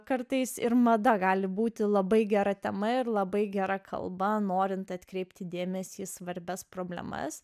kartais ir mada gali būti labai gera tema ir labai gera kalba norint atkreipti dėmesį į svarbias problemas